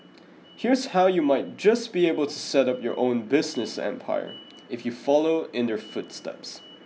here's how you might just be able to set up your own business empire if you follow in their footsteps